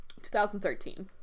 2013